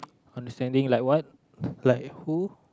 understanding like what like who